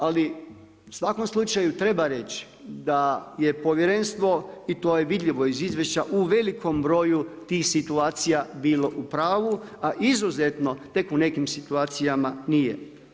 Ali u svakom slučaju treba reći da je povjerenstvo i to je vidljivo iz izvješća u velikom broju tih situacija bilo u pravu, a izuzetno tek u nekim situacijama nije.